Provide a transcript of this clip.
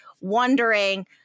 wondering